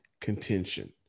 contention